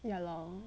ya lor